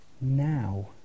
now